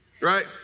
Right